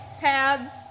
pads